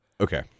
Okay